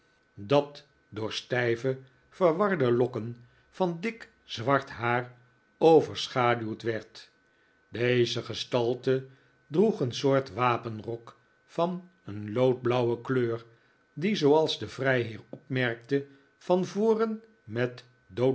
ongelukkigerdat door stijve verwarde lokken van dik zwart haar overschaduwd werd deze gestalte droeg een soort wapenrok van een loodblauwe kleur die zooals de vrijheer opmerkte van voren met